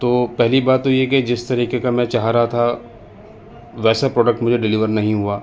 تو پہلی بات تو یہ کہ جس طریقے کا میں چاہ رہا تھا ویسا پروڈکٹ مجھے ڈلیور نہیں ہوا